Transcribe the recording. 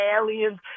aliens